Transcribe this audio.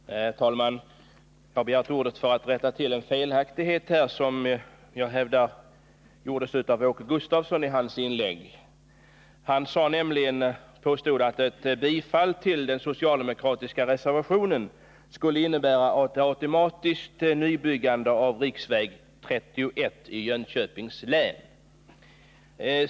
Herr talman! Jag har begärt ordet för att rätta till en felaktighet som jag hävdar fanns i Åke Gustavssons inlägg. Han påstod nämligen att ett bifall till den socialdemokratiska reservationen 10 skulle innebära ett automatiskt nybyggande av riksväg 31 i Jönköpings län.